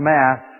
Mass